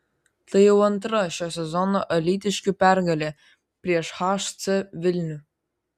tai jau antra šio sezono alytiškių pergalė prieš hc vilnių